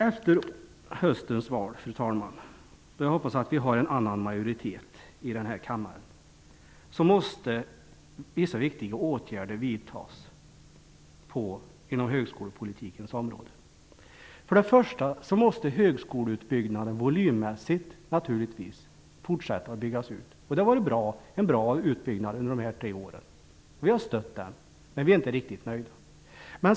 Efter höstens val, fru talman, då jag hoppas att vi har en annan majoritet här i kammaren, måste vissa viktiga åtgärder vidtas inom högskolepolitikens område. Först och främst måste naturligtvis den volymmässiga utbyggnaden fortsätta. Det har varit en bra utbyggnad under de senaste tre åren. Vi har stött den, men vi är inte riktigt nöjda.